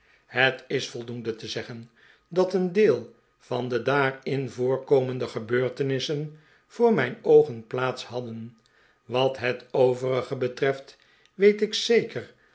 het is voldoende te zeggen dat een deel van de daarin voorkomende gebeurtenissen voor mijn oogen plaats hadden wat het overige betreft weet ik zeker